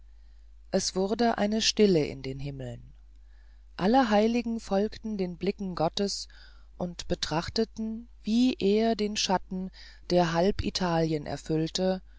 es wurde eine stille in den himmeln alle heiligen folgten den blicken gottes und betrachteten wie er den schatten der halb italien verhüllte